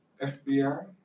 FBI